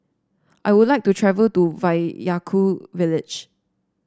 I would like to travel to Vaiaku village